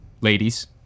ladies